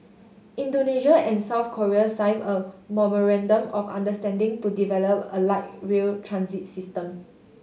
Indonesia and South Korea signed a memorandum of understanding to develop a light rail transit system